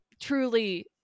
truly